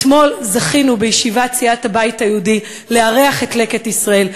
אתמול זכינו בישיבת סיעת הבית היהודי לארח את "לקט ישראל",